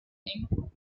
anything